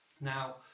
Now